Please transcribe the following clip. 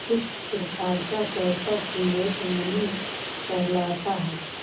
किस प्रकार का पैसा फिएट मनी कहलाता है?